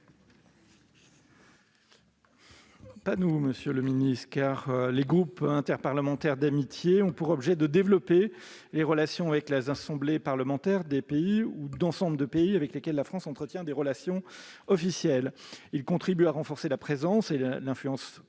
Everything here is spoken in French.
l'avis de la commission ? Les groupes interparlementaires d'amitié ont pour mission de développer des relations avec les assemblées parlementaires de pays ou d'ensemble de pays avec lesquels la France entretient des relations officielles. Ils contribuent à renforcer la présence et l'influence politique,